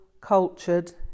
cultured